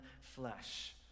flesh